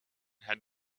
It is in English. had